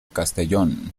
castellón